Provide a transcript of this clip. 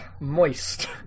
moist